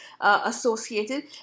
associated